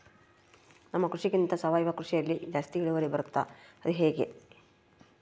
ನಮ್ಮ ಕೃಷಿಗಿಂತ ಸಾವಯವ ಕೃಷಿಯಲ್ಲಿ ಜಾಸ್ತಿ ಇಳುವರಿ ಬರುತ್ತಾ ಅದು ಹೆಂಗೆ?